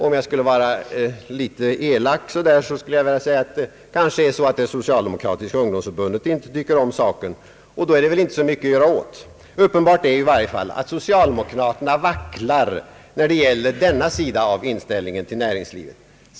Om jag skulle vara litet elak skulle jag vilja säga att kanske det socialdemokratiska ungdomsförbundet inte tycker om saken, och då är det väl inte så mycket att göra åt. Uppenbart är i varje fall att socialdemokraterna vacklar när det gäller denna sida av inställningen till näringslivet.